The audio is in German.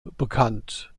bekannt